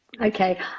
Okay